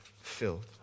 filled